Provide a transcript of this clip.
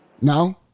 No